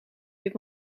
dit